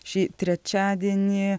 šį trečiadienį